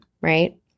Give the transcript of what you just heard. right